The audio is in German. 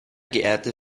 geehrte